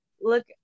look